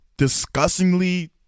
disgustingly